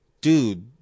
dude